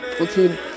okay